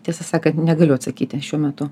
tiesą sakan negaliu atsakyti šiuo metu